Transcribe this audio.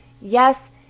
Yes